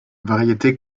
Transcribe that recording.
variété